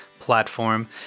platform